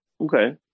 Okay